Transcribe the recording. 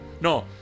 No